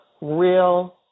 real